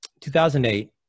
2008